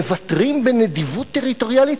מוותרים בנדיבות טריטוריאלית.